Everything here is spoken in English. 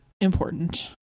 important